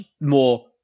More